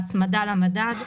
סעיף 17 ההצמדה למדד,